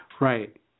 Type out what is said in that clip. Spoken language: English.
Right